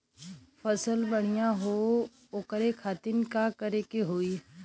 फसल बढ़ियां हो ओकरे खातिर का करे के होई?